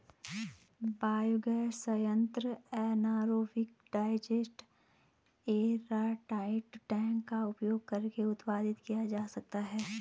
biogas संयंत्र anaerobic digester airtight tank का उपयोग करके उत्पादित किया जा सकता है